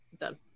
done